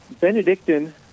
Benedictine